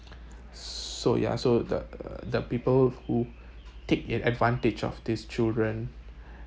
so ya so the the people who take advantage of these children